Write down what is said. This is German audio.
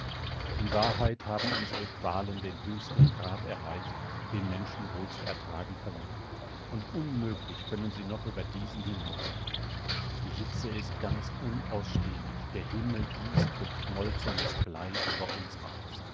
in wahrheit haben unsere qualen den höchsten grad erreicht den menschen wohl zu ertragen vermögen und unmöglich können sie noch über diesen hinausgehen die hitze ist ganz unausstehlich der himmel gießt geschmolzenes blei über uns aus